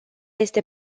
este